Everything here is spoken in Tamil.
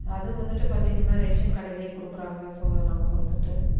அதுவும் வந்துட்டு பார்த்திங்கன்னா ரேஷன் கடையிலையே கொடுக்குறாங்க ஸோ நமக்கு வந்துட்டு